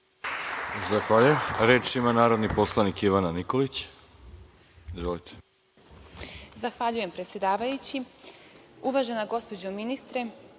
Zahvaljujem. Reč ima narodni poslanik Ivana Nikolić. Izvolite. **Ivana Nikolić** Zahvaljujem, predsedavajući. Uvažena gospođo ministre,